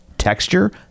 Texture